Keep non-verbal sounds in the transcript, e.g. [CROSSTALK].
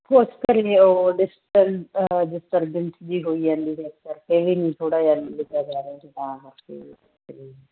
[UNINTELLIGIBLE] ਡਿਸਟਰ ਹੋ ਡਿਸਟਰਬੈਂਸ ਜਿਹੀ ਹੋਈ ਜਾਂਦੀ ਇਸ ਕਰਕੇ ਵੀ ਨਹੀਂ ਥੋੜ੍ਹਾ ਜਿਹਾ ਲਿਖਿਆ ਜਾ ਰਿਹਾ ਸੀ ਤਾਂ ਕਰਕੇ ਅਤੇ